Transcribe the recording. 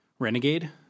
Renegade